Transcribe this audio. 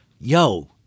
Yo